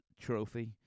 trophy